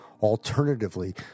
Alternatively